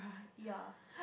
ya